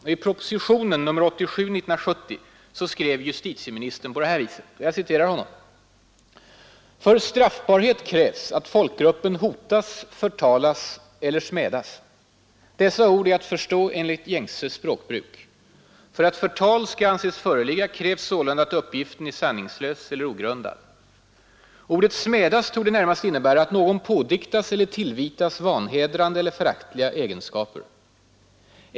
I propositionen 87 år 1970 skrev justitieministern: ”För straffbarhet krävs att folkgruppen hotas, förtalas eller smädas. Dessa ord är att förstå enligt gängse språkbruk. För att förtal skall anses föreligga krävs sålunda att uppgiften är sanningslös eller ogrundad. Ordet smädas torde närmast innebära att någon pådiktas eller tillvitas vanhedrande eller föraktliga egenskaper.